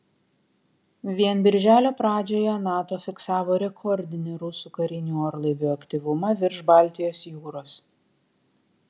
vien birželio pradžioje nato fiksavo rekordinį rusų karinių orlaivių aktyvumą virš baltijos jūros